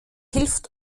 hilft